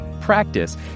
practice